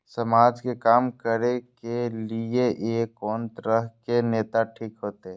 समाज के काम करें के ली ये कोन तरह के नेता ठीक होते?